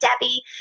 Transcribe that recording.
Debbie